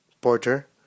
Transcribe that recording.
Porter